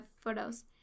photos